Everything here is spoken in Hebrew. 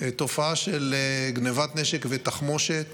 התופעה של גנבת נשק ותחמושת